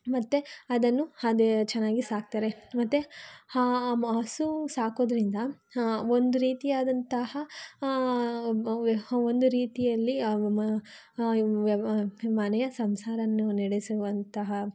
ಮತ್ತೆ ಅದನ್ನು ಅದೇ ಚೆನ್ನಾಗಿ ಸಾಕ್ತಾರೆ ಮತ್ತೆ ಹಾಂ ಹಸು ಸಾಕೋದ್ರಿಂದ ಒಂದು ರೀತಿಯಾದಂತಹ ಒಂದು ರೀತಿಯಲ್ಲಿ ಅವು ಮ ವ್ಯವ ಮನೆಯ ಸಂಸಾರವನ್ನು ನಡೆಸುವಂತಹ